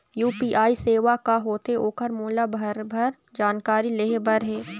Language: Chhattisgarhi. यू.पी.आई सेवा का होथे ओकर मोला भरभर जानकारी लेहे बर हे?